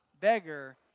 beggar